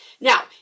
Now